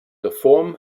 reform